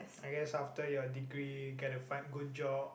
I guess after your degree get a fine good job